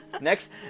next